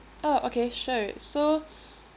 oh okay sure so